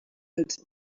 that